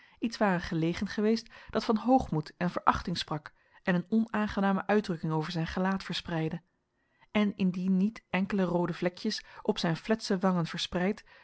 iets ware gelegen geweest dat van hoogmoed en verachting sprak en een onaangename uitdrukking over zijn gelaat verspreidde en indien niet enkele roode vlekjes op zijn fletse wangen verspreid